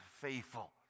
faithful